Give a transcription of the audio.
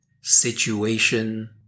situation